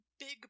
big